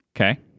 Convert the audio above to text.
okay